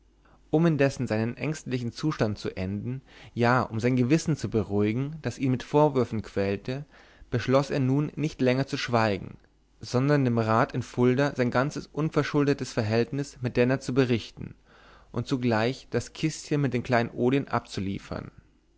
um indessen seinen ängstlichen zustand zu enden ja um sein gewissen zu beruhigen das ihn mit vorwürfen quälte beschloß er nun nicht länger zu schweigen sondern dem rat in fulda sein ganzes unverschuldetes verhältnis mit denner zu berichten und zugleich das kistchen mit den kleinodien abzuliefern